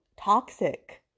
toxic